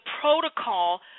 protocol